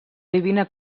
divina